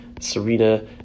Serena